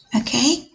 Okay